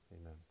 amen